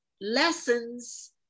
lessons